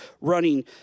running